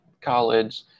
college